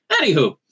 Anywho